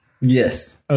Yes